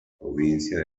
provincia